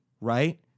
right